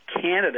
Canada